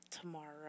tomorrow